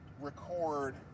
record